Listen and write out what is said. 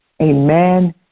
Amen